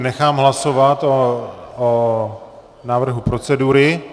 Nechám hlasovat o návrhu procedury.